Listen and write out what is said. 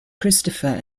christopher